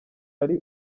ari